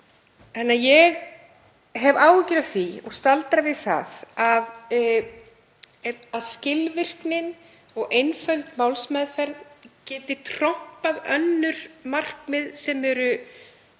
En ég hef áhyggjur af því og staldra við það að skilvirknin og einföld málsmeðferð geti trompað önnur markmið sem eru